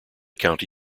county